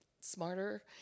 smarter